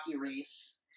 race